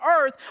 earth